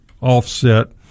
offset